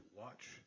watch